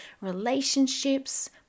relationships